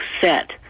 set